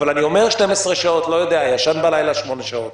אבל אני אומר 12 שעות ישן בלילה שמונה שעות,